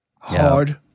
Hard